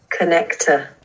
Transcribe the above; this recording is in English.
connector